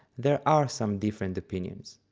there are some different opinions.